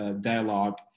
dialogue